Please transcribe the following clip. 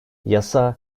yasa